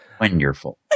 Wonderful